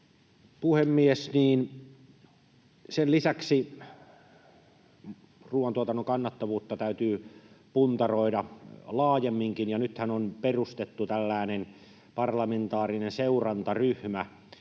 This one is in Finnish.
puhemies, sen lisäksi ruuantuotannon kannattavuutta täytyy puntaroida laajemminkin, ja nythän on perustettu tällainen parlamentaarinen seurantaryhmä